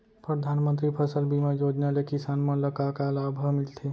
परधानमंतरी फसल बीमा योजना ले किसान मन ला का का लाभ ह मिलथे?